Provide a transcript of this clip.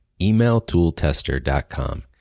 EmailToolTester.com